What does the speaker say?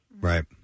Right